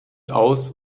aus